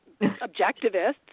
objectivists